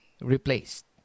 replaced